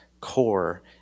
core